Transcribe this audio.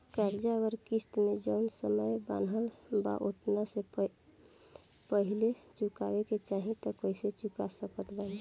कर्जा अगर किश्त मे जऊन समय बनहाएल बा ओतना से पहिले चुकावे के चाहीं त कइसे चुका सकत बानी?